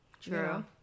True